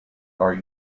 are